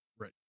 Right